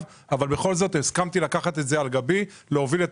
אבל בכל זאת הסכמתי לקחת את זה על גבי ולהוביל את